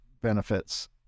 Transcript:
benefits